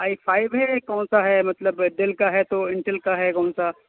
آئی five ہے کون سا ہے مطلب ڈیل کا ہے تو انٹیل کا ہے کون سا